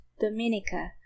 Dominica